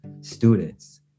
students